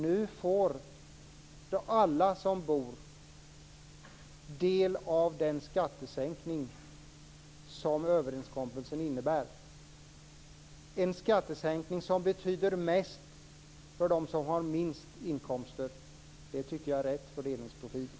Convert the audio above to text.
Nu får alla som bor del av den skattesänkning som överenskommelsen innebär. En skattesänkning som betyder mest för dem som har minst inkomster tycker jag är rätt fördelningsprofil.